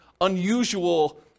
unusual